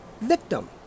victim